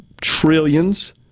trillions